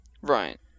Right